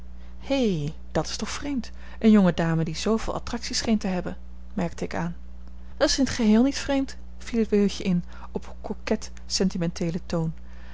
hé dat is toch vreemd eene jonge dame die zooveel attracties scheen te hebben merkte ik aan dat is in t geheel niet vreemd viel het weeuwtje in op een coquet sentimenteelen toon